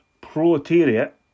proletariat